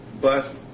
bus